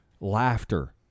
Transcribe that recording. Laughter